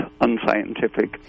unscientific